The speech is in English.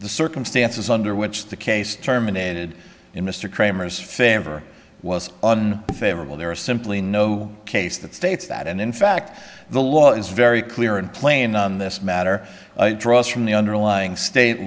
the circumstances under which the case terminated in mr cramer's favor was on favorable there is simply no case that states that and in fact the law is very clear and plain on this matter draws from the underlying state